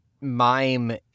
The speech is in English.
mime